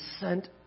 sent